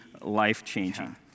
life-changing